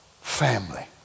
Family